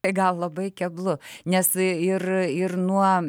tik gal labai keblu nes ir ir nuo